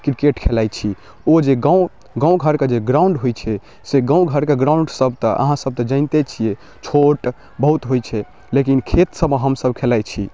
cricket खेलाइ छी ओ जे गाम गामघरके जे ग्राउण्ड होइ छै से गामघरके ग्राउण्डसब तऽ अहाँसब तऽ जानिते छिए छोट बहुत होइ छै लेकिन खेतसबमे हमसब खेलाइ छी